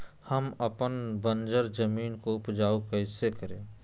हम अपन बंजर जमीन को उपजाउ कैसे करे?